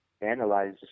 analyze